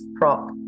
prop